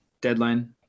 deadline